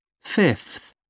fifth